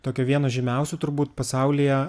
tokio vieno žymiausių turbūt pasaulyje